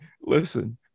listen